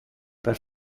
per